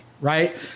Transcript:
right